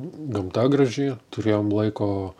gamta graži turėjom laiko